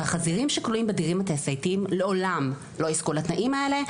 החזירים שכלואים בדירים התעשייתיים לעולם לא יזכו לתנאים האלה,